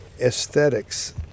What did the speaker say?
aesthetics